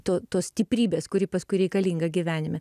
tu tos stiprybės kuri paskui reikalinga gyvenime